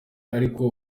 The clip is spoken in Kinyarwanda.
ariko